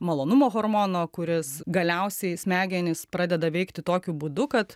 malonumo hormono kuris galiausiai smegenys pradeda veikti tokiu būdu kad